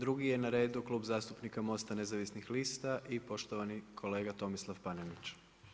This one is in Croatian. Drugi je na redu Klub zastupnika MOST-a nezavisnih lista i poštovani kolega Tomislav Panenić.